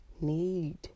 need